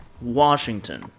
Washington